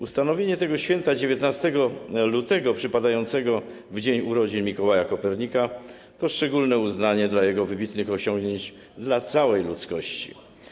Ustanowienie tego święta 19 lutego, w dzień urodzin Mikołaja Kopernika, to szczególne uznanie dla jego wybitnych osiągnięć dla całej ludzkości.